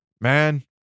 Man